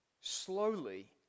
Slowly